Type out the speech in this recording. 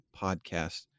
podcast